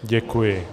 Děkuji.